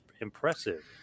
Impressive